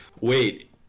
Wait